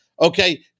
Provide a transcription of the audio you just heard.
okay